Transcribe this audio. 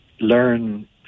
learn